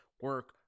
Work